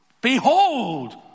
Behold